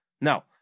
No